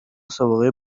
سابقه